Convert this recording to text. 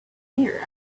here